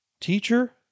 Teacher